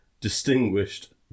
distinguished